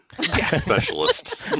specialist